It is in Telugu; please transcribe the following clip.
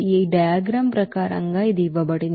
ఈ డయాగ్రమ్ ప్రకారంగా ఇది ఇవ్వబడింది